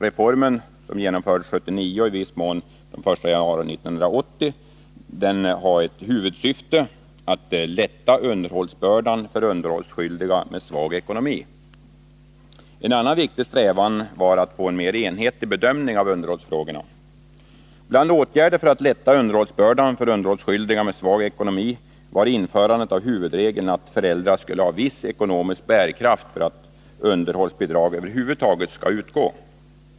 Reformen, som genomfördes 1979 och i viss mån den 1 januari 1980, hade till huvudsyfte att lätta underhållsbördan för underhållsskyldiga med svag ekonomi. En annan viktig strävan var att få en mer enhetlig bedömning av underhållsfrågorna. En av åtgärderna för att lätta underhållsbördan för underhållsskyldiga med svag ekonomi var införandet av huvudregeln att föräldrar skall ha viss ekonomisk bärkraft för att underhållsbidrag över huvud taget skall utgå.